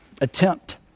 attempt